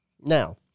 Now